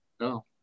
No